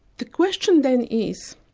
the question then is,